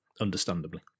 understandably